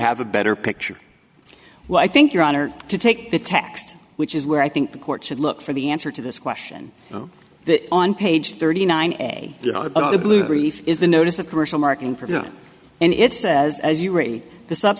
have a better picture well i think your honor to take the text which is where i think the court should look for the answer to this question on page thirty nine a blue brief is the notice of commercial marking for him and it says as you re the sub